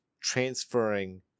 transferring